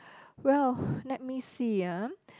well let me see ah